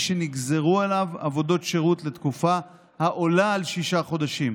שנגזרו עליו עבודות שירות לתקופה העולה על שישה חודשים,